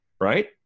Right